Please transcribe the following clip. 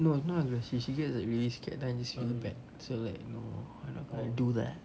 no not aggressive she gets like really scared then I just really pat so like no I'm not gonna do lah